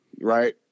right